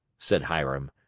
said hiram.